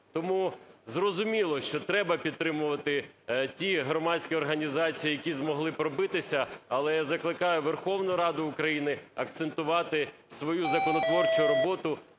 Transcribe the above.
Тому зрозуміло, що треба підтримувати ті громадські організації, які змогли пробитися, але я закликаю Верховну Раду України акцентувати свою законотворчу роботу